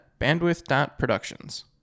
bandwidth.productions